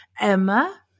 Emma